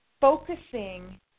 focusing